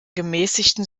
gemäßigten